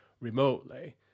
remotely